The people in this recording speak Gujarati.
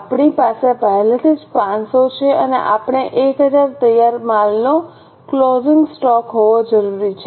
આપણી પાસે પહેલેથી જ 500 છે અને આપણે 1000 તૈયાર માલનો ક્લોઝિંગ સ્ટોક હોવો જરૂરી છે